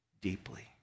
deeply